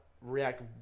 react